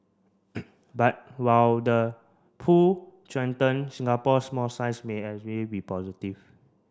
but while the pool strengthened Singapore's small size may actually be positive